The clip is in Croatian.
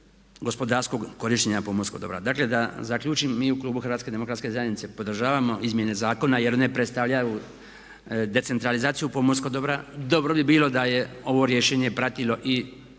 gospodarskog korištenja pomorskog dobra. Dakle, da zaključim. Mi u klubu Hrvatske demokratske zajednice podržavamo izmjene zakona, jer one predstavljaju decentralizaciju pomorskog dobra. Dobro bi bilo da je ovo rješenje pratilo i